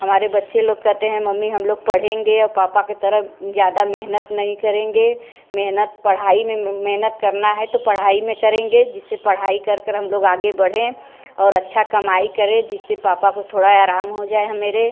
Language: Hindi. हमारे बच्चे लोग कहते हैं मम्मी हम लोग पढ़ेंगे और पापा के तरह ज़्यादा मेहनत नहीं करेंगे मेहनत पढ़ाई में मेहनत करना है तो पढ़ाई में करेंगे जिससे पढ़ाई कर कर हम लोग आगे बढ़ें और अच्छा कमाई करें जिससे पापा को थोड़ा आराम हो जाए मेरे